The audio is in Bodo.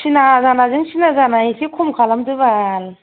सिना जानाजों सिना जाना एसे खम खालामदो बाल